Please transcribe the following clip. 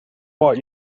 watt